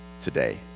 today